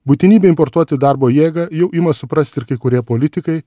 būtinybę importuoti darbo jėgą jau ima suprasti ir kai kurie politikai